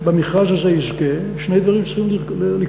במכרז הזה יזכה, שני דברים צריכים לקרות: